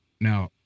Now